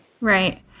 Right